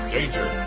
Danger